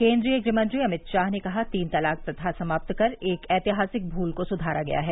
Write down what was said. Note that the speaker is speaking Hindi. केन्द्रीय गृहमंत्री अमित शाह ने कहा तीन तलाक प्रथा समाप्त कर एक ऐतिहासिक भूल को सुधारा गया है